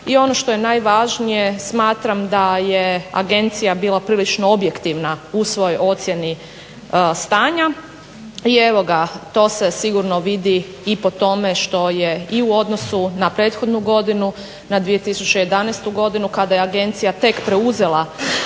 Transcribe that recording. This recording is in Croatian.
i ono što je najvažnije smatram da je agencija bila prilično objektivna u svojoj ocjeni stanja. I evo ga, to se sigurno vidi i po tome što je i u odnosu na prethodnu godinu na 2011. godinu kada je agencija tek preuzela